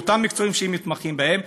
באותם מקצועות שמתמחים בהם,